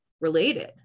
related